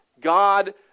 God